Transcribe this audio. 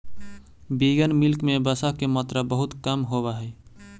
vegan milk में वसा के मात्रा बहुत कम होवऽ हइ